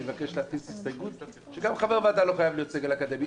אני מבקש להכניס הסתייגות שגם חבר ועדה לא חייב להיות סגל אקדמי.